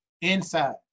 inside